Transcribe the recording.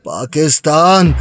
Pakistan